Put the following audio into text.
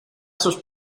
sus